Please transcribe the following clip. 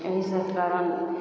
एहिसब कारण